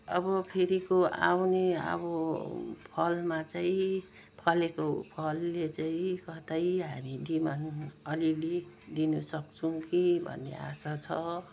अब फेरिको आउने अब फलमा चाहिँ फलेको फलले चाहिँ कतै हामी डिमान्ड अलिअलि दिनसक्छौँ कि भन्ने आशा छ